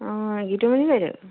অঁ গীতুমণি বাইদেউ